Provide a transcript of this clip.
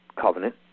Covenant